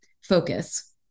focus